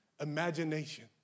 imagination